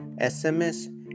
SMS